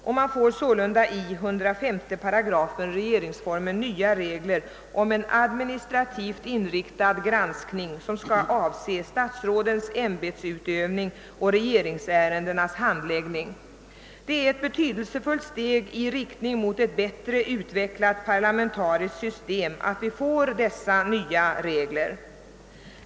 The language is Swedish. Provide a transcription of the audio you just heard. Sålunda får man i §& 105 regeringsformen nya regler för en administrativt inriktad granskning, som skall avse statsrådens ämbetsutövning och regeringsärendenas handläggning. Det är ett betydelsefullt steg i riktning mot ett bättre utvecklat parlamentariskt system att vi får dessa nya regler.